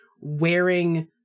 wearing